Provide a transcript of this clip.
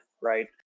right